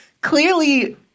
clearly